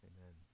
Amen